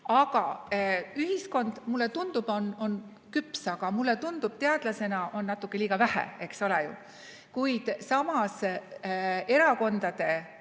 Ühiskond, mulle tundub, on küps, aga mulle tundub teadlasena, et natuke liiga vähe, eks ole. Kuid samas erakondade